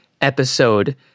episode